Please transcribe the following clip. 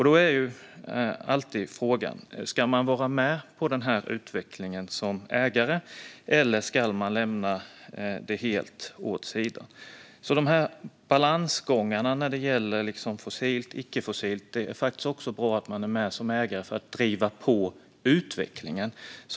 Då är alltid frågan: Ska man vara med på den här utvecklingen som ägare eller ska man lämna den helt åt sidan? När det gäller balansgången mellan fossilt och icke-fossilt är det faktiskt också bra att man som ägare är med och driver på utvecklingen.